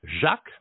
Jacques